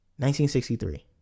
1963